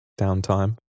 downtime